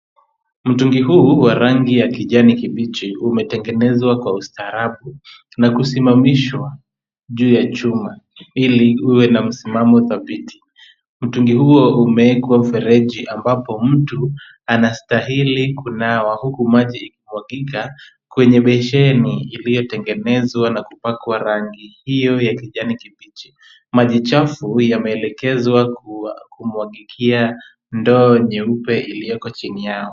Mtungi huu wa rangi ya kijani kibichi umetengenezwa kwa ustaarabu na kusimamishwa juu ya chuma ili uwe na msimamo dhabiti. Mtungi huo umewekwa mfereji ambapo mtu anastahili kunawa huku maji yakimwagika kwenye besheni iliyotengenezwa na kupakwa rangi hiyo ya kijani kibichi. Maji chafu yameelekezwa kumwagikia ndoo nyeupe iliyoko chini yao.